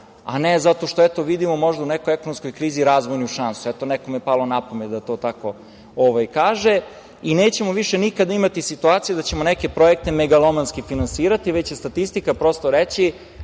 a ne zato što vidimo u nekoj, možda ekonomskoj krizi razvojnu šansu. Eto, nekome je palo na pamet da to tako kaže i nećemo više nikada imati situacije da ćemo neke projekte megalomanski finansirati, već će statistika prosto reći